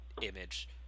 image